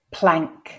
plank